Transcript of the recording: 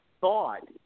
thought